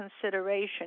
consideration